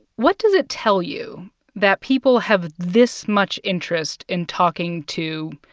what does it tell you that people have this much interest in talking to,